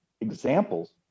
examples